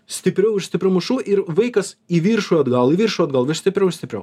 stipriau aš stipriau mušu ir vaikas į viršų atgal į viršų atgal vis stipriau ir stipriau